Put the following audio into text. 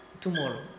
tomorrow